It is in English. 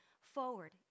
forward